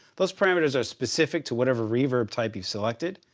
those parameters are specific to whatever reverb type you've selected.